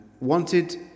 wanted